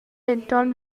denton